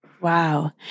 Wow